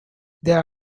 there